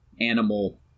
animal